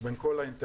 בין כל האינטרסים,